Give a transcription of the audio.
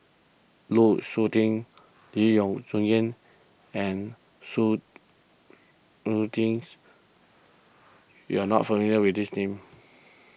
Lu Suitin Lee Boon Jo Yang and su Suitins you are not familiar with these names